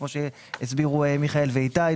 כמו שהסבירו מיכאל ואיתי,